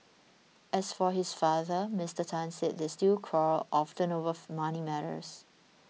as for his father Mister Tan said they still quarrel often over money matters